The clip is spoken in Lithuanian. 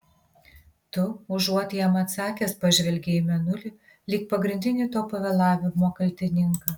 tu užuot jam atsakęs pažvelgei į mėnulį lyg pagrindinį to pavėlavimo kaltininką